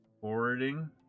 forwarding